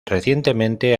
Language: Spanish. recientemente